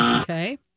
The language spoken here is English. Okay